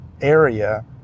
area